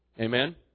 amen